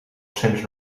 cents